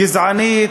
גזענית,